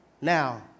Now